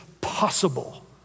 possible